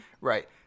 right